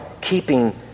keeping